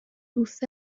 دوست